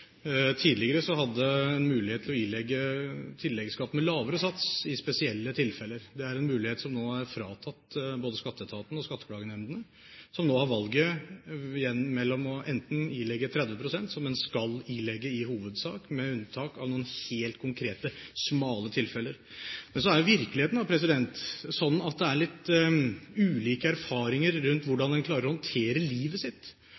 Tidligere hadde man mulighet til å ilegge tilleggsskatt med lavere sats i spesielle tilfeller. Det er en mulighet som er fratatt både Skatteetaten og skatteklagenemndene, som nå skal ilegge 30 pst., som man skal ilegge i hovedsak, med unntak av noen helt konkrete, smale tilfeller. Så er virkeligheten den at man har litt ulike erfaringer med hensyn til hvordan man klarer å håndtere livet sitt.